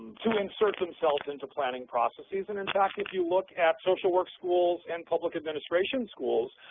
to insert themselves into planning processes. and, in fact, if you look at social work schools and public administration schools,